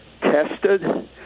tested